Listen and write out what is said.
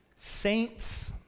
saints